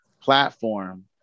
platform